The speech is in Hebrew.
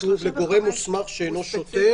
כתוב: לגורם מוסמך שאינו שוטר,